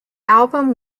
album